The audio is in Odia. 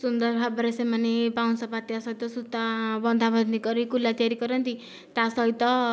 ସୁନ୍ଦର ଭାବରେ ସେମାନେ ବାଉଁଶ ପାତିଆ ସହିତ ସୂତା ବନ୍ଧାବନ୍ଧି କରି କୁଲା ତିଆରି କରନ୍ତି ତା ସହିତ